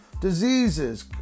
Diseases